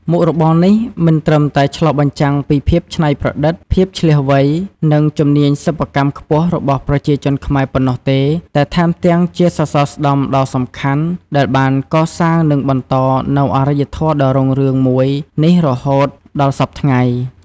មុខរបរនេះមិនត្រឹមតែឆ្លុះបញ្ចាំងពីភាពច្នៃប្រឌិត ភាពឈ្លាសវៃ និងជំនាញសិប្បកម្មខ្ពស់របស់ប្រជាជនខ្មែរប៉ុណ្ណោះទេ តែថែមទាំងជាសសរស្តម្ភដ៏សំខាន់ដែលបានកសាងនិងបន្តនូវអរិយធម៌ដ៏រុងរឿងមួយនេះរហូតដល់ាសព្វថ្ងៃ។